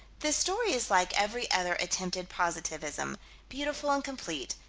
the story is like every other attempted positivism beautiful and complete,